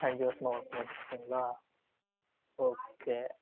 அஞ்சு வருஷமாக ஒர்க் பண்ணுறீங்களா ஓகே